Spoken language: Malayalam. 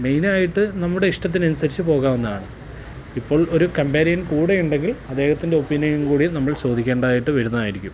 മെയിനായിട്ട് നമ്മുടെ ഇഷ്ടത്തിന് അനുസരിച്ചു പോകാവുന്നതാണ് ഇപ്പോൾ ഒരു കമ്പാരിയൻ കൂടെ ഉണ്ടെങ്കിൽ അദ്ദേഹത്തിൻ്റെ ഒപ്പീനിയനും കൂടി നമ്മൾ ചോദിക്കേണ്ടതായിട്ട് വരുന്നതായിരിക്കും